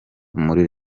muri